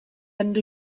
end